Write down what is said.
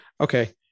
Okay